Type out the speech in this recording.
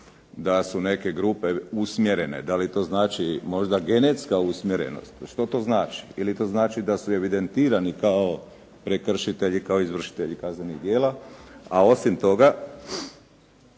da su neke grupe usmjerene? Da li to znači možda genetska usmjerenost? Što to znači? Ili to znači da su evidentirani kao prekršitelji kao izvršitelji kaznenih djela? A osim toga,